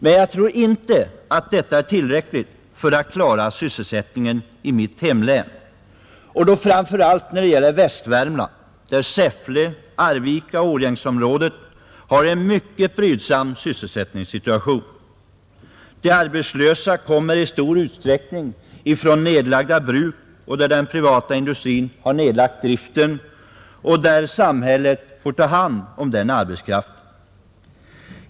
Men jag tror inte att detta är tillräckligt för att klara sysselsättningen i mitt hemlän, och då framför allt när det gäller Västvärmland, där Säffle-, Arvikaoch Årjängsområdet har en mycket brydsam sysselsättningssituation. De arbetslösa kommer i stor utsträckning från bruk där den privata industrin har nedlagt driften och där samhället får ta hand om arbetskraften.